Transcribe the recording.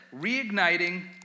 reigniting